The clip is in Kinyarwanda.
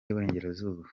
y’iburengerazuba